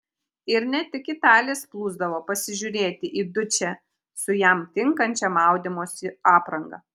ir ne tik italės plūsdavo pasižiūrėti į dučę su jam tinkančia maudymosi apranga